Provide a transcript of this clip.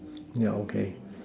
yeah okay